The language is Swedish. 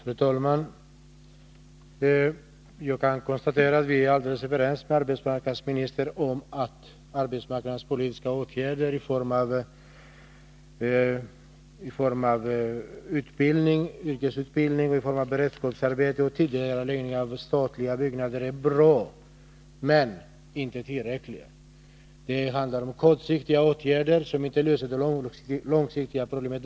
Fru talman! Jag kan konstatera att vi är alldeles överens om att arbetsmarknadspolitiska åtgärder i form av yrkesutbildning, beredskapsarbeten och tidigareläggning av statliga byggnader är bra. Men det är inte tillräckligt. Det handlar om kortsiktiga åtgärder som inte löser de långsiktiga problemen.